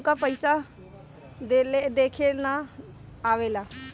हमका पइसा देखे ना आवेला?